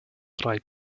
drei